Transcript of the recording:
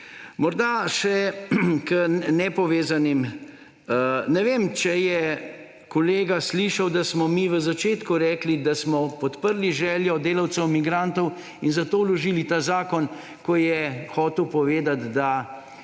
Morda še k nepovezanim. Ne vem, ali je kolega slišal, da smo mi v začetku rekli, da smo podprli željo delavcev migrantov in zato vložili ta zakon, ko je hotel povedati, da